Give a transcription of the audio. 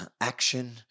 action